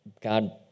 God